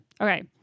Okay